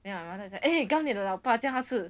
then my mother 讲 eh 钢铁的老爸叫他吃